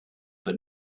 but